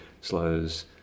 slows